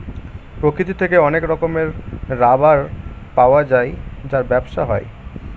প্রকৃতি থেকে অনেক রকমের রাবার পাওয়া যায় যার ব্যবসা হয়